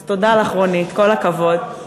אז תודה לך, רונית, כל הכבוד.